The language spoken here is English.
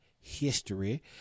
History